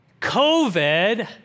COVID